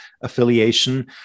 affiliation